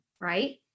right